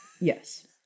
Yes